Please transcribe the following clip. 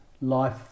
life